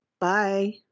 bye